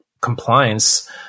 compliance